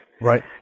Right